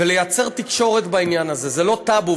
ולייצר תקשורת בעניין הזה, זה לא טאבו.